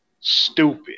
stupid